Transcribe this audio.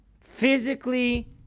physically